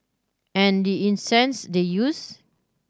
and the incense they used